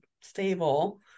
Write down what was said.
stable